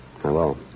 Hello